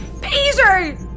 peter